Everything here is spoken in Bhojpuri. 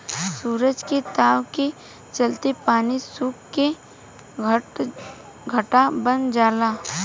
सूरज के ताव के चलते पानी सुख के घाटा बन जाला